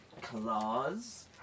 claws